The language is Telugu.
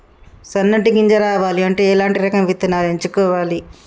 సన్నటి గింజ రావాలి అంటే ఎలాంటి రకం విత్తనాలు ఎంచుకోవాలి?